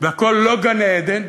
והכול לא גן-עדן.